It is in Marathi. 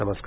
नमस्कार